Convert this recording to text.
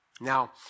Now